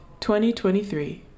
2023